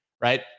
right